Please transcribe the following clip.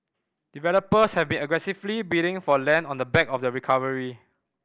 developers have been aggressively bidding for land on the back of the recovery